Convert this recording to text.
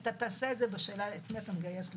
אתה תעשה את זה בשאלה את מי אתה מגייס לאן.